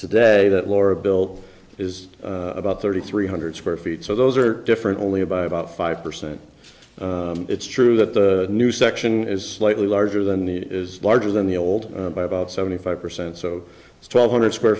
today that laura built is about thirty three hundred square feet so those are different only by about five percent it's true that the new section is slightly larger than the is larger than the old by about seventy five percent so it's twelve hundred square